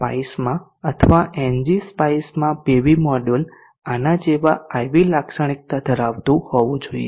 SPICEમાં અથવા NG SPICEમાં PV module આના જેવા IV લાક્ષણિકતા ધરાવતું હોવું જોઈએ